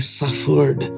suffered